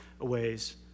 ways